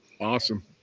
Awesome